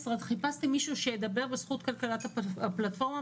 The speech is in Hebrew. חיפשתי מישהו שידבר בזכות כלכלת הפלטפורמה.